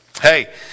hey